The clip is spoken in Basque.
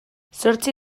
zortzi